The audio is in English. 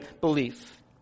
belief